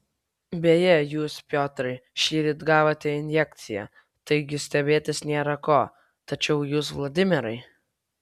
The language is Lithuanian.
beje jūs piotrai šįryt gavote injekciją taigi stebėtis nėra ko tačiau jūs vladimirai